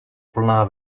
plná